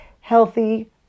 healthy